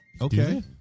Okay